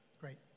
Great